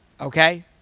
Okay